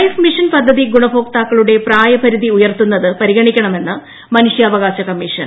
life mission പദ്ധിതി ഗുണഭോക്താക്കളുടെ പ്രായപരിധി ന് ഉയർത്തുന്നത് പരിഗ്ഗണിക്കണമെന്ന് മനുഷ്യാവകാശ കമ്മീഷൻ